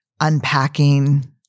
unpacking